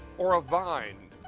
or a vine?